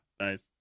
Nice